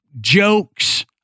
jokes